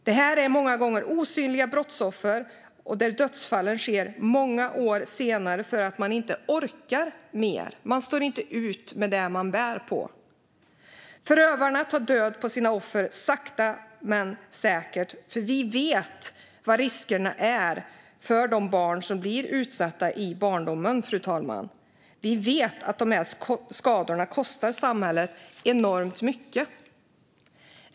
Detta är många gånger osynliga brottsoffer, och dödsfallen sker många år senare för att de inte orkar mer. De står inte ut med det som de bär på. Förövarna tar död på sina offer sakta men säkert. Vi vet nämligen vad riskerna är för dem som blir utsatta i barndomen. Vi vet att dessa skador kostar samhället enormt mycket.